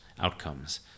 outcomes